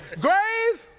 grave,